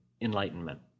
enlightenment